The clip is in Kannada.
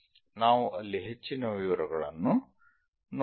ನಾವು ಅಲ್ಲಿ ಹೆಚ್ಚಿನ ವಿವರಗಳನ್ನು ನೋಡೋಣ